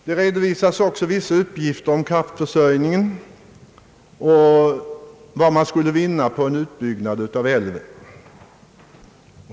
Det redovisas också vissa uppgifter om kraftförsörjningen och om vinsten vid en utbyggnad av älven.